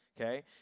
Okay